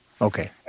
Okay